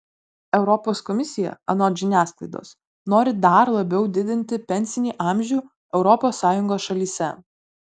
europos komisija anot žiniasklaidos nori dar labiau didinti pensinį amžių europos sąjungos šalyse